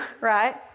Right